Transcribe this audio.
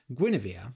Guinevere